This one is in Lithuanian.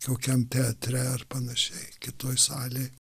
kokiam teatre ar panašiai kitoj salėj